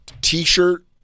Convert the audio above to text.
T-shirt